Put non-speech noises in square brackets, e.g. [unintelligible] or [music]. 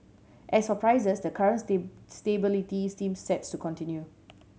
as for prices the current [unintelligible] stability seems sets to continue